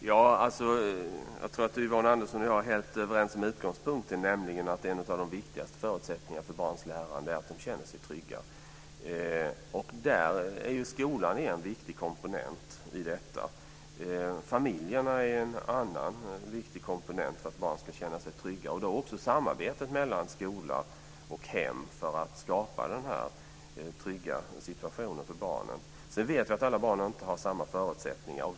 Herr talman! Jag tror att Yvonne Andersson och jag är helt överens om utgångspunkten, nämligen att en av de viktigaste förutsättningarna för barns lärande är att de känner sig trygga. Där är skolan en viktig komponent i detta. Familjerna är en annan viktig komponent för att barn ska känna sig trygga. Också samarbetet mellan skola och hem är viktigt för att skapa denna trygga situation för barnen. Vi vet att alla barn inte har samma förutsättningar.